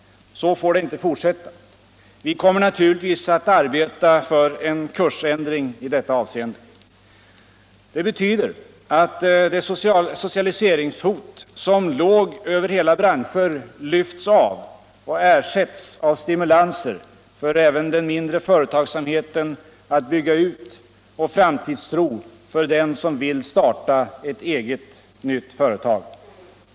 Så får det inte fortsätta. Vi kommer naturligtvis att arbeta för en kursändring i detta avseende. Det betyder att det socialiseringshot som låg över hela branscher lyfts av och ersätts av stimulanser för även den mindre företagsamheten att bygga ut och framtidstro för den som vill starta ett nytt eget företag.